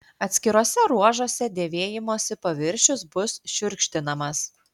atskiruose ruožuose dėvėjimosi paviršius bus šiurkštinamas